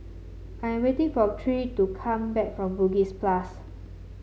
I am waiting for Tyrik to come back from Bugis Plus